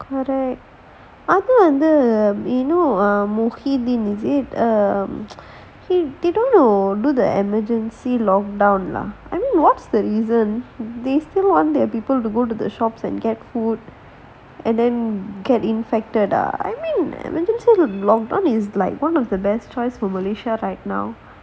correct அப்ப வந்து:appa vanthu you know ah muhyiddin is it um he didn't know do the emergency lock down lah I mean what's the reason they still want the people to go to the shops and get food and then get infected ah I mean lock down is like one of the best choice from malaysia right now